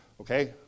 Okay